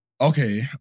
Okay